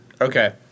Okay